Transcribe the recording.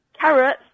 Carrots